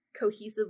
cohesively